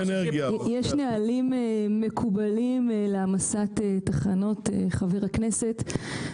יש נהלים מקובלים להעמסת תחנות, חבר הכנסת.